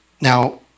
Now